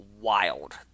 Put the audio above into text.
wild